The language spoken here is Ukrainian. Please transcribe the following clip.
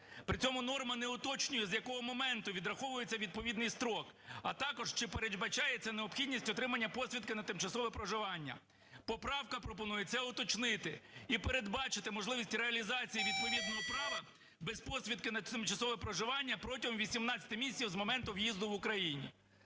При цьому норма не уточнює, з якого моменту відраховується відповідний строк, а також чи передбачається необхідність отримання посвідки на тимчасове проживання. Поправка пропонує це уточнити і передбачити можливість реалізації відповідного права без посвідки на тимчасове проживання протягом 18 місяців з моменту в'їзду в Україну.